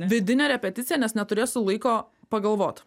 vidinė repeticiją nes neturėsiu laiko pagalvot